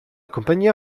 compagnia